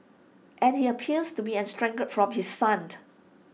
and he appears to be estranged from his son